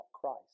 Christ